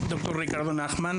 ד"ר ריקרדו נחמן.